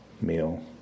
meal